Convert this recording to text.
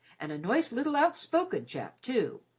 an' a noice little outspoken chap, too.